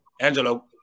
Angelo